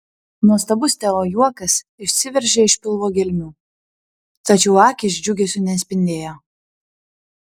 nuostabus teo juokas išsiveržė iš pilvo gelmių tačiau akys džiugesiu nespindėjo